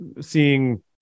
seeing